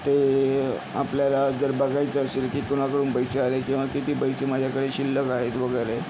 ते आपल्याला जर बघायचं असेल की कुणाकडून पैसे आले किंवा किती पैसे माझ्याकडे शिल्लक आहेत वगैरे